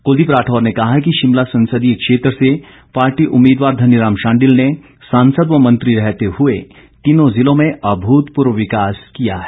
कुलदीप राठौर ने कहा कि शिमला संसदीय क्षेत्र से पार्टी उम्मीदवार धनीराम शांडिल ने सांसद व मंत्री रहते हुए तीनों जिलों में अभूतपूर्व विकास किया है